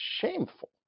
shameful